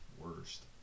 worst